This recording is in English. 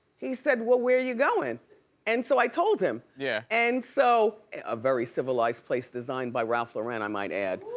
he said, well, where you going? and so i told him, yeah and so a very civilized place designed by ralph lauren, i might add.